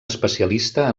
especialista